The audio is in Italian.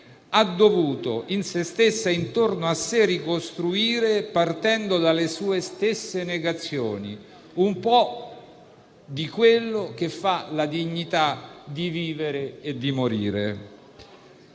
ha dovuto in se stessa e intorno a sé ricostruire, partendo dalle sue stesse negazioni, un po' di quello che fa la dignità di vivere e di morire.